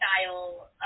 style